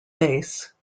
base